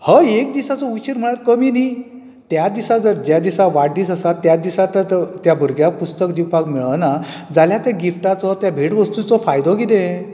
हय एक दिसाचो उशीर म्हणल्यार कमी न्ही त्या दिसा जर ज्या दिसा वाडदीस आसा त्याच दिसा तर त्या भुरग्याक पुस्तक दिवपाक मेळना जाल्यार त्या गिफ्टाचो त्या भेटवस्तूचो फायदो कितें